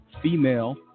female